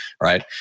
right